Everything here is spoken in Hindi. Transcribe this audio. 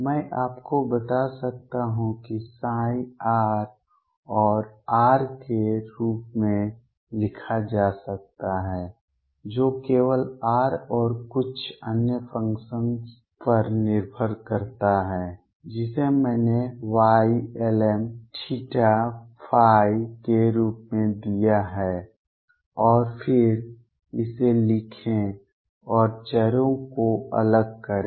मैं आपको बता सकता हूं कि r को R के रूप में लिखा जा सकता है जो केवल r और कुछ अन्य फ़ंक्शन पर निर्भर करता है जिसे मैंने Ylmθϕ के रूप में दिया है और फिर इसे लिखें और चरों को अलग करें